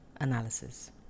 analysis